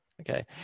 Okay